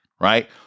right